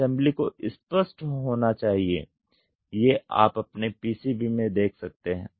assembly को स्पष्ट होना चाहिए ये आप अपने PCB में देख सकते है